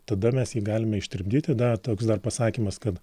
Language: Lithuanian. tada mes jį galime ištirpdyti da toks dar pasakymas kad